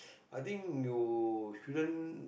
I think you shouldn't